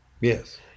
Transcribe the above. Yes